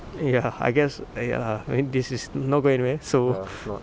ya I guess I uh I mean this is no brain right so